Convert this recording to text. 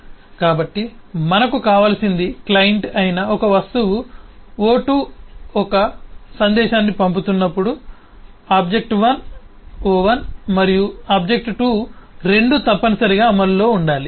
కాబట్టి మనకు కావలసింది క్లయింట్ అయిన ఒక వస్తువు O2 కు ఒక సందేశాన్ని పంపుతున్నప్పుడు ఆబ్జెక్ట్ O1 మరియు O2 రెండూ తప్పనిసరిగా అమలులో ఉండాలి